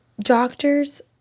doctors